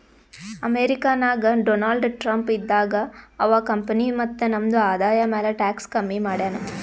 America ನಾಗ್ Donald Trump ಇದ್ದಾಗ ಅವಾ ಕಂಪನಿ ಮತ್ತ ನಮ್ದು ಆದಾಯ ಮ್ಯಾಲ ಟ್ಯಾಕ್ಸ್ ಕಮ್ಮಿ ಮಾಡ್ಯಾನ್